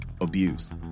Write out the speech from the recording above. abuse